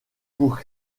pour